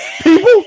people